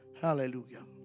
Hallelujah